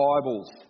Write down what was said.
Bibles